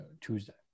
Tuesday